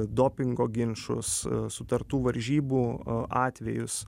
dopingo ginčus sutartų varžybų atvejus